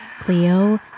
Cleo